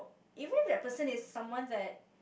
even if that person is someone that